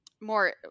more